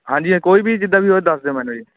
ਹਾਂਜੀ ਇਹ ਕੋਈ ਵੀ ਜਿੱਦਾਂ ਵੀ ਹੋਏ ਦੱਸ ਦਿਓ ਮੈਨੂੰ ਜੀ